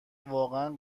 واقعا